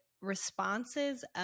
responses